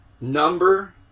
Number